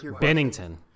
bennington